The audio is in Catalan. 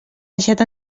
deixat